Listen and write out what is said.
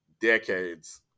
decades